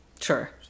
Sure